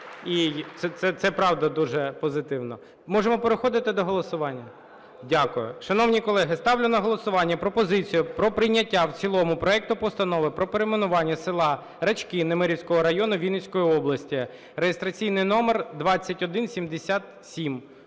це, правда, дуже позитивно. Можемо переходимо до голосування? Дякую. Шановні колеги, ставлю на голосування пропозицію про прийняття в цілому проекту Постанови про перейменування села Рачки Немирівського району Вінницької області (реєстраційний номер 2177).